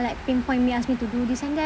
like pinpoint me ask me to do this and then